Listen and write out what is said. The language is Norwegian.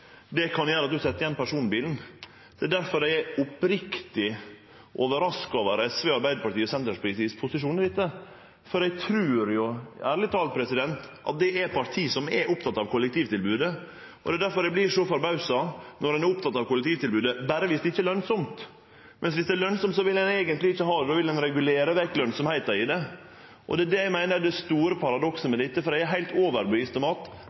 Det kan gjere at ein set igjen personbilen. Det er difor eg er oppriktig overraska over SV, Arbeidarpartiet og Senterpartiets posisjon når det gjeld dette. Eg trur ærleg talt at det er parti som er opptekne av kollektivtilbodet. Det er difor eg vert så forbausa over at ein er oppteken av kollektivtilbodet berre når det ikkje er lønsamt. Om det er lønsamt, vil ein eigentleg ikkje ha det, då vil ein regulere lønsemda i det. Det er det eg meiner er det store paradokset med dette, for eg er heilt